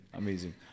amazing